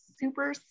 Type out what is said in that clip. super